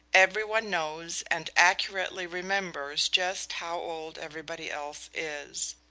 every one knows and accurately remembers just how old everybody else is.